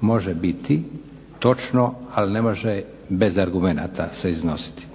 može biti točno ali ne može bez argumenta se iznositi.